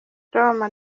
roma